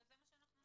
זה מה שאנחנו נתנו.